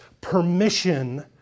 permission